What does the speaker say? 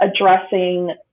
addressing